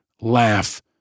laugh